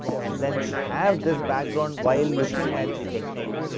and then have this background while looking at the technique,